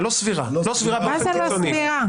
זו אחת הדוגמאות למשל שבהן השתמשו בחוסר סבירות.